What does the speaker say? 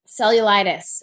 cellulitis